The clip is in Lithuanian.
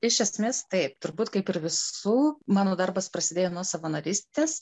iš esmės taip turbūt kaip ir visų mano darbas prasidėjo nuo savanorystės